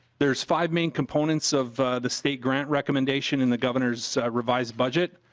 there is five main components of the state grant recommendation in the governor's devised budget.